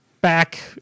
back